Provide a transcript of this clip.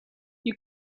you